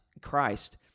Christ